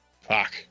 fuck